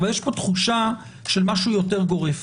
אבל יש פה תחושה של משהו יותר גורף,